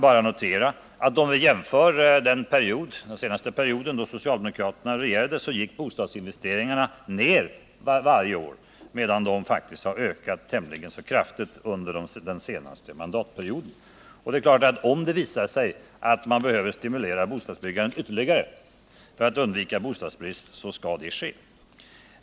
Under den senaste period då socialdemokraterna regerade gick bostadsinvesteringarna ned varje år, medan de faktiskt har ökat tämligen kraftigt under den senaste mandatperioden. Om det visar sig att vi behöver stimulera bostadsbyggandet ytterligare för att undvika bostadsbrist, så skall det ske.